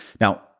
Now